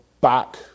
back